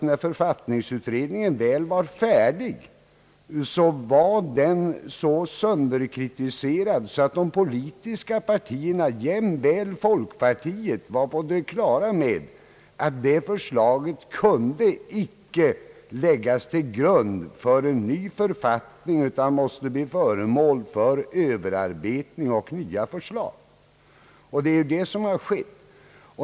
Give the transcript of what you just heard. När författningsutredningen väl var färdig var den så sönderkritiserad att de politiska partierna, jämväl folkpartiet, var på det klara med att utredningens förslag inte kunde läggas till grund för en ny författning utan måste bli föremål för överarbetning och nya förslag, vilket nu har skett.